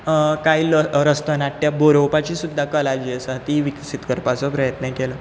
काय ल रस्तो नाट्य बरोवपाची सुद्दां कला जी आसा ती विकसीत करपाचो प्रयत्न केलो